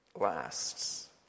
lasts